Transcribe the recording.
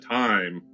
time